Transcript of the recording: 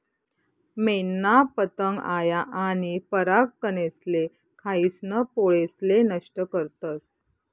मेनना पतंग आया आनी परागकनेसले खायीसन पोळेसले नष्ट करतस